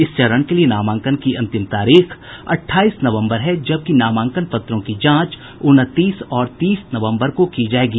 इस चरण के लिए नामांकन की अंतिम तारीख अठाईस नवम्बर है जबकि नामांकन पत्रों की जांच उनतीस और तीस नवम्बर को की जायेगी